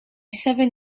seven